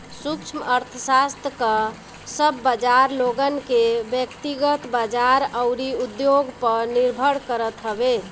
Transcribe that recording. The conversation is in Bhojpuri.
सूक्ष्म अर्थशास्त्र कअ सब बाजार लोगन के व्यकतिगत बाजार अउरी उद्योग पअ निर्भर करत हवे